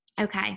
Okay